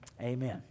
Amen